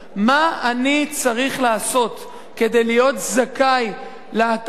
מה אני צריך לעשות כדי להיות זכאי להטבות,